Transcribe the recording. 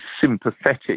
sympathetic